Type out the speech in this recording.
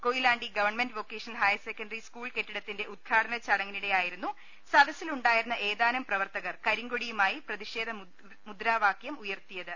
Koyilandy government vocational higher secondary school കെട്ടിടത്തിന്റെ ഉദ് ഘാടന ചടങ്ങിനിടെയായിരുന്നു സദസ്സിലുണ്ടായിരുന്ന ഏതാനും പ്രവർത്തകർ കരിങ്കൊടിയുമായി പ്രതിഷേധ മുദ്രാവാകൃമുയർത്തിയത്